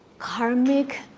karmic